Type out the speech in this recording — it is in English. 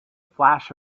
flash